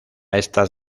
estas